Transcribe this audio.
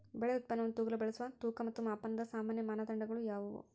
ಬೆಳೆ ಉತ್ಪನ್ನವನ್ನು ತೂಗಲು ಬಳಸುವ ತೂಕ ಮತ್ತು ಮಾಪನದ ಸಾಮಾನ್ಯ ಮಾನದಂಡಗಳು ಯಾವುವು?